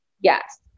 Yes